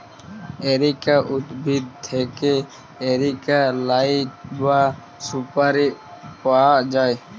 areca উদ্ভিদ থেক্যে areca লাট বা সুপারি পায়া যায়